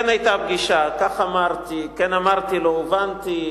כן היתה פגישה, כך אמרתי, כן אמרתי, לא הובנתי.